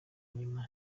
nyuma